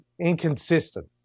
inconsistent